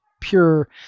pure